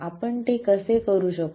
आपण ते कसे करू शकतो